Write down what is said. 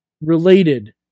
Related